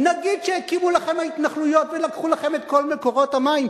נגיד שהקימו לכם את ההתנחלויות ולקחו לכם את כל מקורות המים.